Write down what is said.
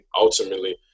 ultimately